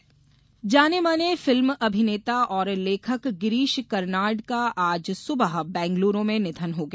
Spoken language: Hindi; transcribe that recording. कर्नाड निधन जानेमाने फिल्म अभिनेता और लेखक गिरीश कर्नाड का आज सुबह बेंगलूरू में निधन हो गया